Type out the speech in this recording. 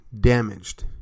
damaged